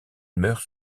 meurt